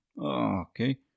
Okay